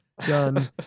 done